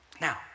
Now